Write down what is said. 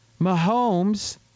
Mahomes